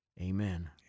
Amen